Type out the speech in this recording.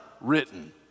written